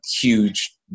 huge